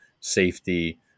safety